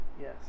Yes